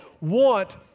want